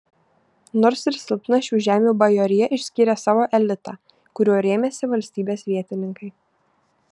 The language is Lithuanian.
nors ir silpna šių žemių bajorija išskyrė savo elitą kuriuo rėmėsi valstybės vietininkai